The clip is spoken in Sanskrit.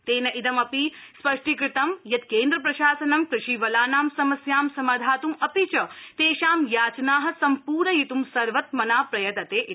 तेन इदं अपि स्पष्टीकृतं यत् केन्द्रप्रशासनं कृषिवलानां समस्यां समाधात्ं अपि च तेषां याचना सम्पूरयित्ं सर्वत्मना प्रयतते इति